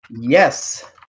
Yes